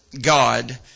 God